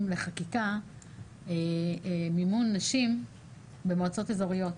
לחקיקה מימון נשים במועצות אזוריות,